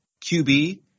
QB